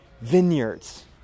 vineyards